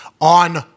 on